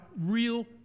real